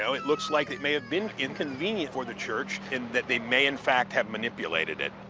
so it looks like it may have been inconvenient for the church and that they may, in fact, have manipulated it.